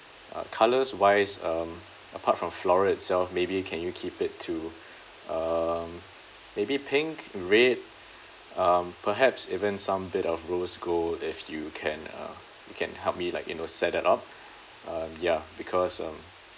uh colours wise um apart from floral itself maybe can you keep it to um maybe pink red um perhaps even some bit of rose gold if you can uh you can help me like you know set it up um ya because um